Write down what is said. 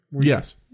Yes